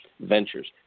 ventures